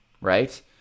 right